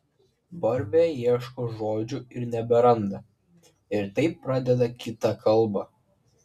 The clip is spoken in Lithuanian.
barbė ieško žodžių ir neberanda ir taip pradeda kitą kalbą